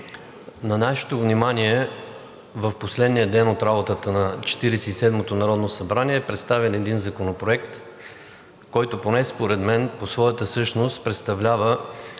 На нашето внимание в последния ден от работата на Четиридесет и седмото народно събрание е представен един законопроект, който поне според мен в своята същност представлява